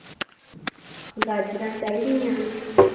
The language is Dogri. गाजरां चाहिदियां न